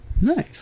Nice